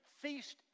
feast